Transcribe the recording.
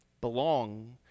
Belong